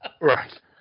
Right